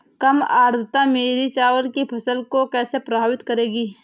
कम आर्द्रता मेरी चावल की फसल को कैसे प्रभावित करेगी?